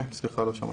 סליחה, לא שמעתי.